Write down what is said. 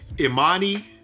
Imani